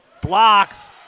blocks